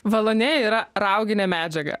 valonėja yra rauginė medžiaga